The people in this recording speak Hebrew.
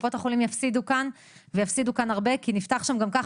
קופות החולים יפסידו כאן ויפסידו כאן הרבה כי נפתח שם גם ככה